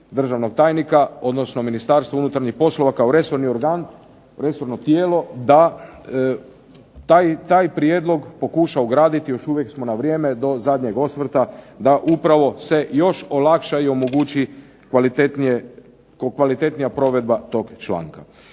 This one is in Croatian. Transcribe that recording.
državnog tajnika, odnosno Ministarstvo unutarnjih poslova kao resorni organi, resorno tijelo da taj prijedlog pokuša ugraditi, još uvijek smo na vrijeme do zadnjeg osvrta, da upravo se još olakša i omogući kvalitetnija provedba tog članka.